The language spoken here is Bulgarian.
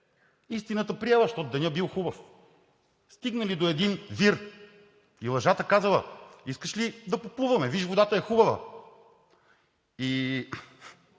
Истината приела, защото денят бил хубав. Стигнали до един вир и Лъжата казала: „Искаш ли да поплуваме – виж, водата е хубава?“ И